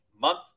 month